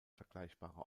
vergleichbare